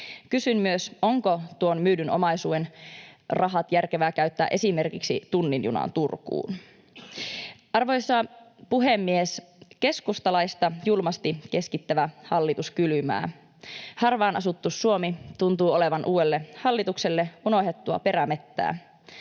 Kysyn myös, onko tuon myydyn omaisuuden rahat järkevää käyttää esimerkiksi tunnin junaan Turkuun. Arvoisa puhemies! Julmasti keskittävä hallitus kylmää keskustalaista. Harvaan asuttu Suomi tuntuu olevan uudelle hallitukselle unohdettua perämetsää.